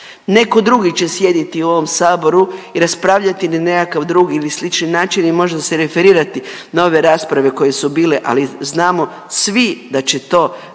Netko drugi će sjediti u ovom Saboru i raspravljati na nekakav drugi ili slični način i može se referirati na ove rasprave koje su bile, ali znamo svi da će to